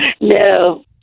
No